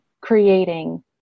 creating